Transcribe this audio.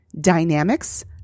Dynamics